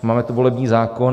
Máme tu volební zákon.